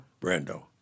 Brando